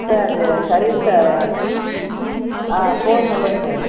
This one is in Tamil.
சார் சர்வீஸு ஆ ஃபோர் நம்பர் சார்